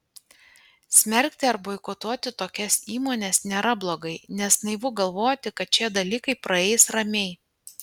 smerkti ar boikotuoti tokias įmones nėra blogai nes naivu galvoti kad šie dalykai praeis ramiai